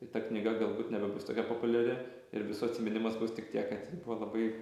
ir ta knyga galbūt nebebus tokia populiari ir visų atsiminimas bus tik tiek kad ji buvo labai